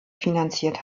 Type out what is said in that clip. finanziert